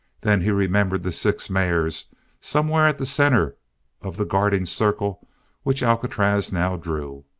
then he remembered the six mares somewhere at the center of the guarding circle which alcatraz now drew.